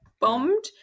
bombed